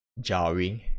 jarring